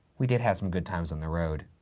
we did have some good times on the road.